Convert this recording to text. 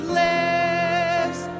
lives